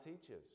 teaches